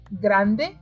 grande